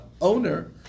owner